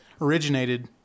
originated